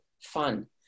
fun